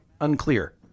Unclear